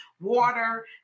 water